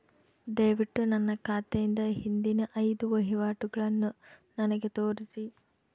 ದಯವಿಟ್ಟು ನನ್ನ ಖಾತೆಯಿಂದ ಹಿಂದಿನ ಐದು ವಹಿವಾಟುಗಳನ್ನು ನನಗೆ ತೋರಿಸಿ